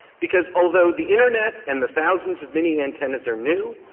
because although the internet and the thousands of mini antennas are new,